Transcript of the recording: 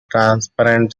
transparent